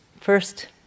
first